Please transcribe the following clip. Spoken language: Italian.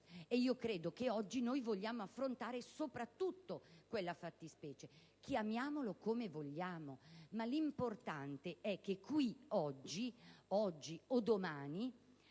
quanto credo che oggi vogliamo affrontare soprattutto quella fattispecie. Chiamiamolo come vogliamo; l'importante è che oggi o domani,